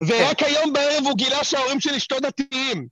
ורק היום בערב הוא גילה השעורים של אשתו דתיים!